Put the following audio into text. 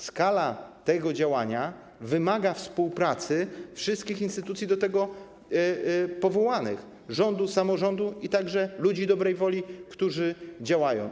Skala tego działania wymaga współpracy wszystkich instytucji do tego powołanych: rządu, samorządu, a także ludzi dobrej woli, którzy działają.